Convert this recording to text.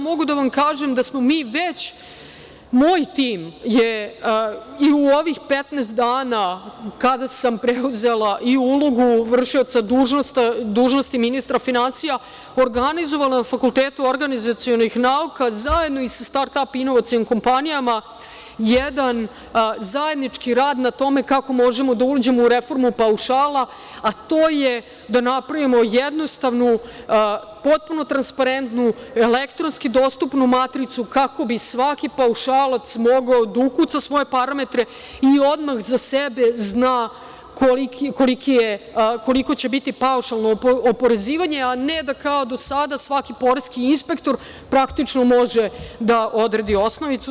Mogu da vam kažem da je moj tim u ovih 15 dana od kada sam preuzela ulogu vršioca dužnosti v.d. ministra finansija organizovao na FON zajedno sa star ap inovacionim kompanijama jedan zajednički rad na tome kako možemo da uđemo u reformu paušala, a to je da napravimo jednostavnu, potpuno transparentnu, elektronski dostupnu matricu kako bi svaki paušalac mogao da ukuca svoje parametre i odmah za sebe zna koliko će biti paušalno oporezivanje, a ne da kao do sada, svaki poreski inspektor praktično može da odredi osnovicu.